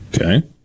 Okay